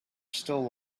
still